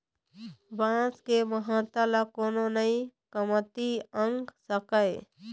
बांस के महत्ता ल कोनो नइ कमती आंक सकय